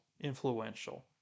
influential